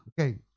Okay